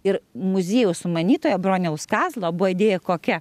ir muziejaus sumanytoja broniaus kazlo buvo idėja kokia